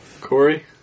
Corey